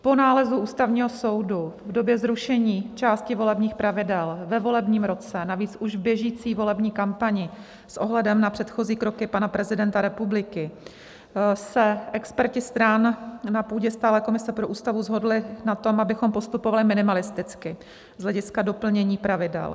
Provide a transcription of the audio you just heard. Po nálezu Ústavního soudu v době zrušení části volebních pravidel ve volebním roce, navíc už běžící volební kampani, s ohledem na předchozí kroky pana prezidenta republiky se experti stran na půdě Stálé komise pro Ústavu shodli na tom, abychom postupovali minimalisticky z hlediska doplnění pravidel.